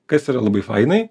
kas yra labai fainai